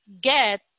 get